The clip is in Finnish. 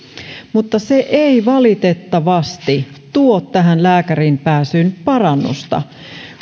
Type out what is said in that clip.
mutta se ei valitettavasti tuo tähän lääkäriinpääsyyn parannusta